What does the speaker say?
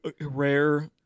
rare